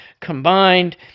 combined